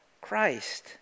Christ